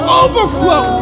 overflow